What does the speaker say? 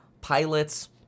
pilots